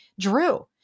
Drew